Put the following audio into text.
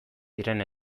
diren